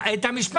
רק את המשפט.